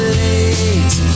late